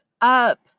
up